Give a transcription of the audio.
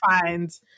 find